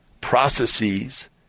processes